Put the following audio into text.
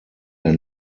der